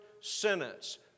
sentence